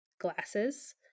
glasses